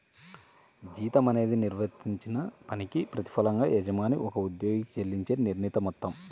జీతం అనేది నిర్వర్తించిన పనికి ప్రతిఫలంగా యజమాని ఒక ఉద్యోగికి చెల్లించే నిర్ణీత మొత్తం